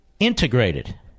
Integrated